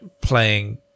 playing